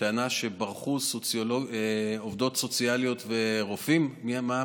הטענה שברחו עובדות סוציאליות ורופאים, מה אמרת?